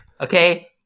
okay